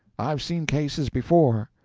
i've seen cases before.